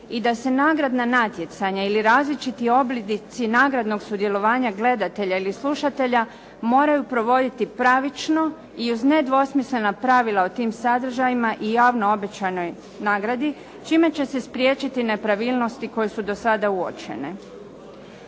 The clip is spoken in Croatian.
i da se nagradna natjecanja ili različiti oblici nagradnog sudjelovanja gledatelja ili slušatelja moraju provoditi pravično i uz nedvosmislena pravila o tim sadržajima i javno obećanoj nagradi čime će se spriječiti nepravilnosti koje su do sada uočene.